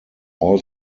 all